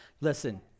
Listen